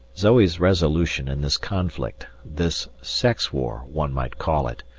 zoe's resolution in this conflict, this sex war one might call it,